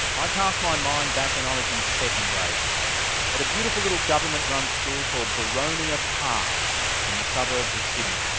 i cast my mind back when i um was in second grade at a beautiful little government-run school called boronia park in the suburbs of sydney,